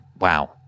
Wow